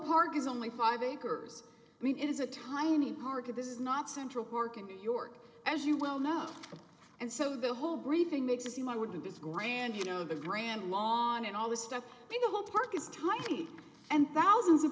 park is only five acres i mean it is a tiny park it this is not central park in new york as you well know and so the whole briefing makes it seem i would do this grand you know the grand lawn at all this stuff think of a park is tidy and thousands of